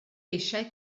eisiau